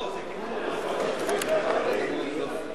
לא, זה תיקון סעיף במטרות החוק.